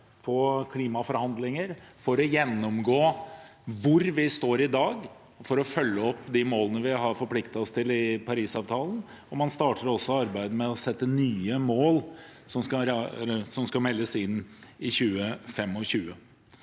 til klimaforhandlinger for å gjennomgå hvor vi står i dag, og for å følge opp de målene vi har forpliktet oss til i Parisavtalen, og man starter også arbeidet med å sette nye mål som skal meldes inn i 2025.